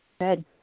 Good